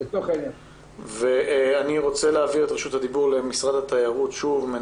אני רוצה להעביר את רשות הדיבור שוב למשרד התיירות.